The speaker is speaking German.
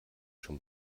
schon